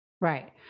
right